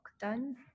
done